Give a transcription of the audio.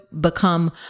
become